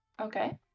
okay